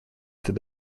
that